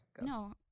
No